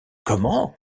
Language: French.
comment